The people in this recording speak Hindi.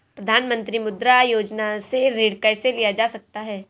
प्रधानमंत्री मुद्रा योजना से ऋण कैसे लिया जा सकता है?